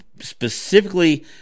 specifically